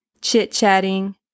chit-chatting